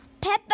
Peppa